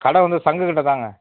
கடை வந்து சங்குகிட்டதாங்க